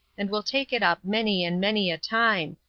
and will take it up many and many a time,